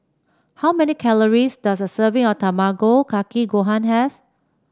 how many calories does a serving of Tamago Kake Gohan have